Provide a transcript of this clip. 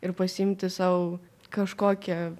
ir pasiimti sau kažkokią